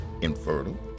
infertile